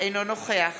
אינו נוכח